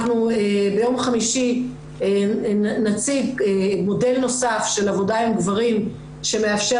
ביום חמישי נציג מודל נוסף של עבודה עם גברים שמאפשר